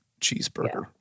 cheeseburger